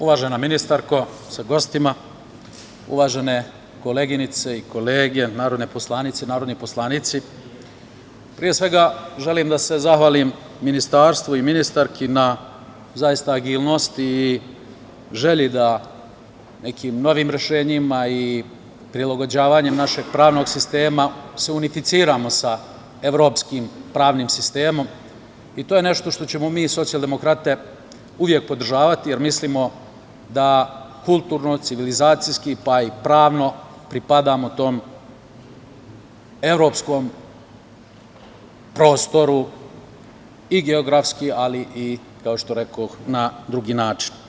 Uvažena ministarko sa gostima, uvažene koleginice i kolege, narodne poslanice i narodni poslanici, pre svega želim da se zahvalim Ministarstvu i ministarki zaista na agilnosti i želji da se nekim novim rešenjima i prilagođavanju našeg pravnog sistema, unificiramo sa evropskim pravnim sistemom i to je nešto što ćemo mi socijaldemokrate uvek podržavati, jer mislimo da kulturno, civilizacijski, pravno pripadamo tom evropskom prostoru, i geografski, ali i kao što rekoh na drugi način.